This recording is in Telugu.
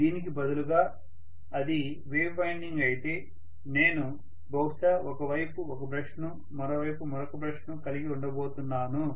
దీనికి బదులుగా అది వేవ్ వైండింగ్ అయితే నేను బహుశా ఒక వైపు ఒక బ్రష్ను మరో వైపు మరొక బ్రష్ను కలిగి ఉండబోతున్నాను